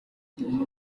ibi